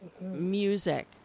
music